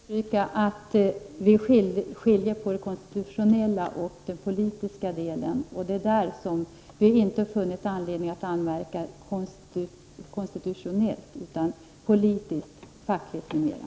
Herr talman! Jag vill än en gång understryka att vi i miljöpartiet skiljer mellan den konstitutionella och den politiska delen. Det är i detta sammanhang som vi inte har funnit anledning att anmärka konstitutionellt utan enbart politiskt, fackligt, m.m.